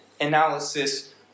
analysis